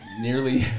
nearly